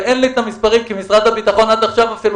ואין לי את המספרים כי משרד הביטחון עד עכשיו אפילו